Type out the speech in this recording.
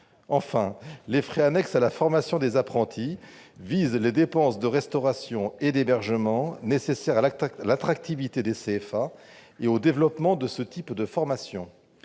Enfin, les frais annexes à la formation des apprentis visent les dépenses de restauration et d'hébergement nécessaires à l'attractivité des CFA et au développement de ce type de formation.